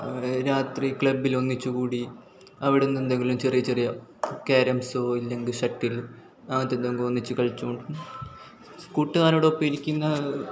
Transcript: രാത്രി ക്ലബ്ബിലൊന്നിച്ച് കൂടി അവിടെ നിന്ന് എന്തെങ്കിലും ചെറിയ ചെറിയ ക്യാരംസോ ഇല്ലെങ്കിൽ ഷട്ടിൽ അതല്ലെങ്കിൽ ഒന്നിച്ച് കളിച്ചും കൂട്ടുകാരോടൊപ്പം ഇരിക്കുന്ന